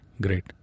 great